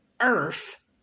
Earth